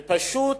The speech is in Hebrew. זה פשוט